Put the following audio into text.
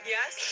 Yes